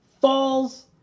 falls